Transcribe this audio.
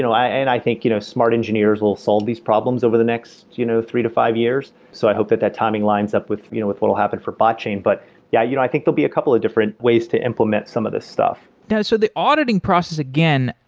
so i and i think you know smart engineers will solve these problems over the next you know three to five years, so i hope that that timing lines up with you know with what will happen for botchain. but yeah, you know i think there'll be a couple of different ways to implement some of this stuff yeah so the auditing process again,